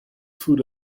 food